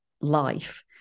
life